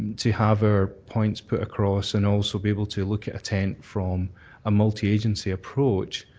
to have ah points put across and also be able to look at a tent from a multi-agency approach,